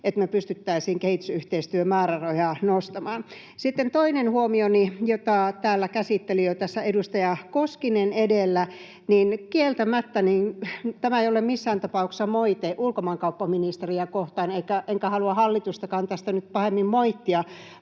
että me pystyttäisiin kehitysyhteistyömäärärahoja nostamaan. Sitten toinen huomioni, jota täällä käsitteli jo tässä edustaja Koskinen edellä. Tämä ei ole missään tapauksessa moite ulkomaankauppaministeriä kohtaan, enkä halua hallitustakaan tästä nyt pahemmin moittia,